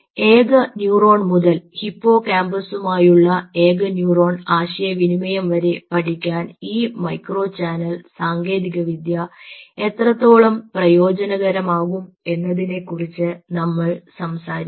ഏക ന്യൂറോൺ മുതൽ ഹിപ്പോകാമ്പസുമായുള്ള ഏക ന്യൂറോൺ ആശയവിനിമയം വരെ പഠിക്കാൻ ഈ മൈക്രോ ചാനൽ സാങ്കേതികവിദ്യ എത്രത്തോളം പ്രയോജനകരമാകും എന്നതിനെക്കുറിച്ച് നമ്മൾ സംസാരിക്കും